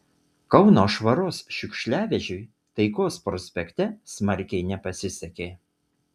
kauno švaros šiukšliavežiui taikos prospekte smarkiai nepasisekė